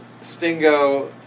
Stingo